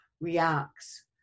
reacts